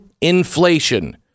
inflation